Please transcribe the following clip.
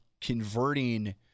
converting